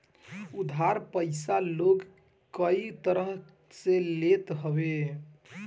उधार पईसा लोग कई तरही से लेत हवे